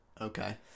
Okay